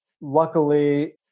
Luckily